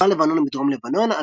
וצבא לבנון בדרום לבנון,